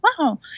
wow